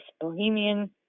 Bohemian